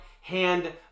hand